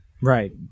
Right